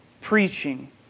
preaching